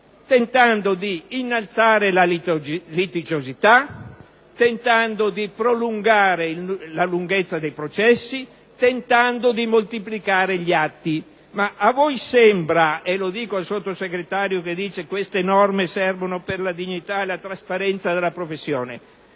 tentando di innalzare la litigiosità, di prolungare i processi, di moltiplicare gli atti. Ma a voi sembra - lo dico al Sottosegretario, che dice che queste norme servono per la dignità e la trasparenza della professione